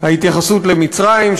ההתייחסות למצרים,